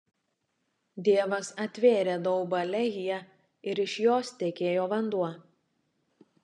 dievas atvėrė daubą lehyje ir iš jos tekėjo vanduo